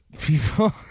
people